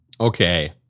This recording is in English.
Okay